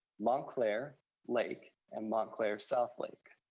montclair lake and montclair southlake.